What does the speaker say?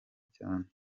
cyane